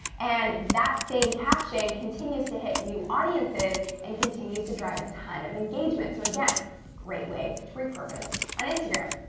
and that same caption continues to hit new audiences and continues to drive a ton of engagement. so, again, a great way to repurpose on instagram.